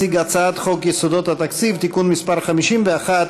הצעת חוק יסודות התקציב (תיקון מס' 51),